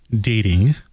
dating